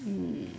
mm